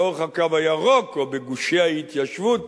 לאורך "הקו הירוק" או בגושי ההתיישבות,